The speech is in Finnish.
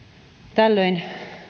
tällöin